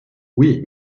oui